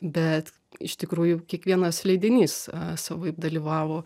bet iš tikrųjų kiekvienas leidinys savaip dalyvavo